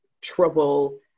trouble